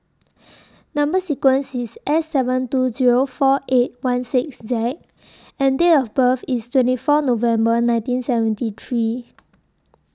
Number sequence IS S seven two Zero four eight one six Z and Date of birth IS twenty four November nineteen seventy three